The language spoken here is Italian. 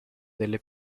delle